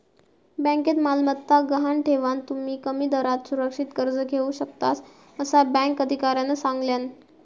बँकेत मालमत्ता गहाण ठेवान, तुम्ही कमी दरात सुरक्षित कर्ज घेऊ शकतास, असा बँक अधिकाऱ्यानं सांगल्यान